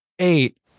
eight